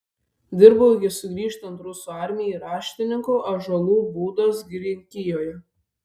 dirbau iki sugrįžtant rusų armijai raštininku ąžuolų būdos girininkijoje